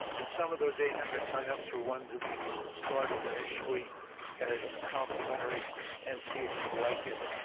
and some of those eight hundred sign-ups were ones that we started initially as complimentary-to and see if you like it.